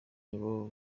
nibo